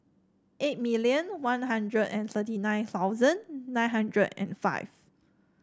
eight million One Hundred and thirty nine thousand nine hundred and five